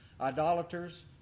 idolaters